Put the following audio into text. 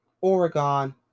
Oregon